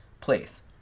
place